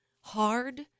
hard